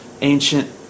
ancient